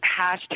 hashtag